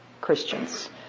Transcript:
Christians